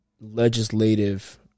legislative